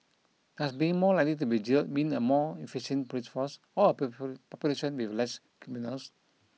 does being more likely to be jailed mean a more efficient police force or a population with less criminals